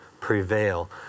prevail